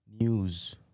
news